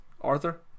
Arthur